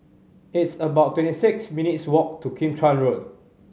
it's about twenty six minutes' walk to Kim Chuan Road